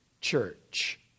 church